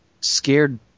scared